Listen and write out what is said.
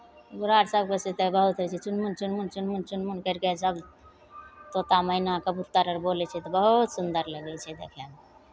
ओकरा आर सभके से तऽ बहुत होइ छै चुनमुन चुनमुन चुनमुन चुनमुन करि कऽ सभ तोता मैना कबूतर अर बोलै छै तऽ बहुत सुन्दर लगै छै देखयमे